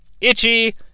itchy